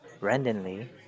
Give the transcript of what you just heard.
randomly